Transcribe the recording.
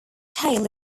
tail